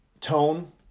tone